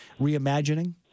reimagining